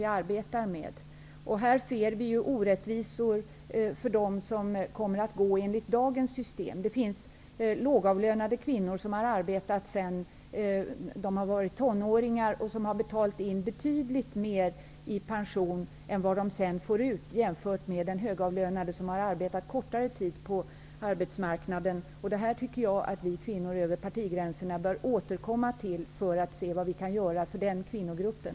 Vi ser att systemet slår orättvist för dem som pensioneras enligt dagens system. Lågavlönade kvinnor som har arbetat sedan tonåren kan t.ex. ha betalat in betydligt mera i pension än vad de får ut, jämfört med de högavlönade som har varit ute på arbetsmarkanden under kortare tid. Jag tycker att vi kvinnor över partigränserna bör återkomma till denna fråga för att se vad vi kan göra för den berörda kvinnogruppen.